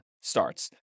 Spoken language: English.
starts